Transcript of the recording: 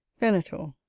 venator.